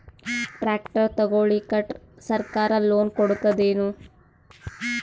Tractor ತಗೊಳಿಕ ಸರ್ಕಾರ loan ಕೊಡತದೇನು?